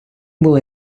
було